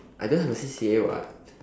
I don't have A C_C_A [what]